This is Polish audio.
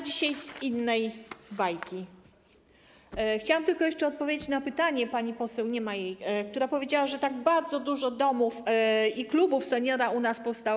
Dzisiaj z innej bajki, tylko chciałam jeszcze odpowiedzieć na pytanie pani poseł - nie ma jej - która powiedziała, że tak bardzo dużo domów i klubów seniora u nas powstało.